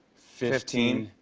fifteen,